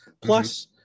Plus